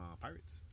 Pirates